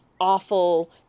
awful